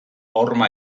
horma